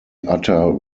utter